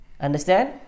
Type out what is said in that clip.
Understand